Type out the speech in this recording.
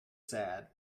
sad